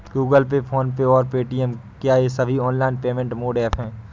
Google Pay PhonePe और Paytm क्या ये सभी ऑनलाइन पेमेंट मोड ऐप हैं?